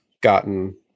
gotten